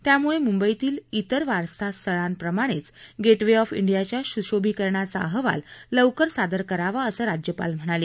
त्यामुळे मुंबईतील तिर वारसास्थळांप्रमाणे गेट वे ऑफ ा डियाच्या सुशोभिकरणाचा अहवाल लवकर सादर करावा असं राज्यपाल म्हणाले